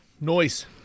noise